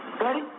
Ready